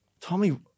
Tommy